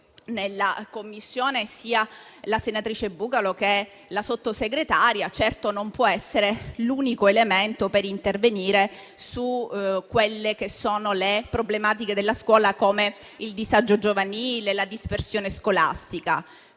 in Commissione sia la senatrice Bucalo sia la sottosegretaria Frassinetti - questo non può essere l'unico elemento per intervenire sulle problematiche della scuola, come il disagio giovanile o la dispersione scolastica.